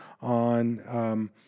on